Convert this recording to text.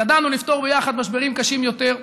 ידענו לפתור יחד משברים קשים יותר.